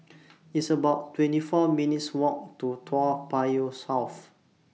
It's about twenty four minutes' Walk to Toa Payoh South